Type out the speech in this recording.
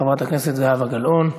חברת הכנסת זהבה גלאון.